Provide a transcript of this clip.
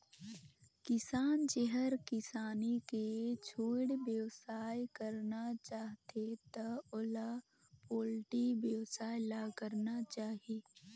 किसान जेहर किसानी के छोयड़ बेवसाय करना चाहथे त ओला पोल्टी बेवसाय ल करना चाही